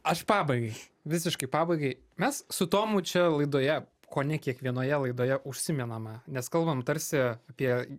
aš pabaigai visiškai pabaigai mes su tomu čia laidoje kone kiekvienoje laidoje užsimename nes kalbame tarsi apie